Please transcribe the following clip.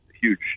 huge